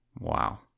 wow